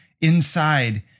inside